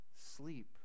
sleep